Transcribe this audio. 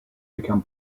become